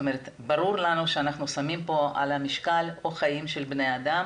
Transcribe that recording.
כלומר ברור לנו שאנחנו שמים פה על המשקל או חיים של בני אדם